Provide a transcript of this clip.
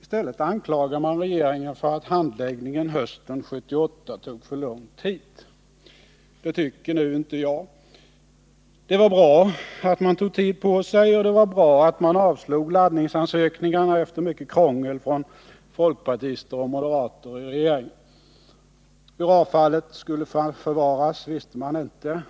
I stället anklagas regeringen för att handläggningen hösten 1978 tog för lång tid. Det tycker inte jag. Det var bra att man tog tid på sig, och det var bra att man avslog laddningsansökningarna efter mycket krångel från folkpartister och moderater i regeringen. Hur avfallet skulle förvaras visste man inte.